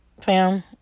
fam